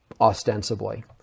ostensibly